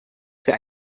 für